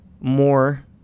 more